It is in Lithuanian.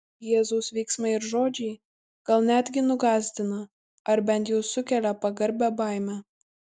jėzaus veiksmai ir žodžiai gal netgi nugąsdina ar bent jau sukelia pagarbią baimę